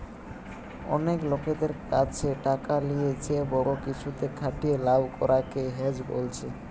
অনেক লোকদের কাছে টাকা লিয়ে যে বড়ো কিছুতে খাটিয়ে লাভ করা কে হেজ বোলছে